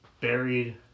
buried